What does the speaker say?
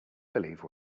believe